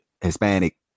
hispanic